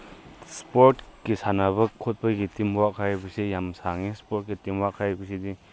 ꯏꯁꯄꯣꯔꯠꯀꯤ ꯁꯥꯟꯅꯕ ꯈꯣꯠꯄꯒꯤ ꯇꯤꯝꯋꯥꯔꯛ ꯍꯥꯏꯕꯁꯦ ꯌꯥꯝ ꯁꯥꯡꯉꯤ ꯏꯁꯄꯣꯔꯠꯀꯤ ꯇꯤꯝꯋꯥꯔꯛ ꯍꯥꯏꯕꯁꯤꯗꯤ